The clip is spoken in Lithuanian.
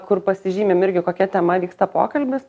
kur pasižymim irgi kokia tema vyksta pokalbis